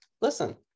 listen